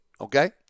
okay